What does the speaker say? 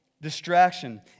distraction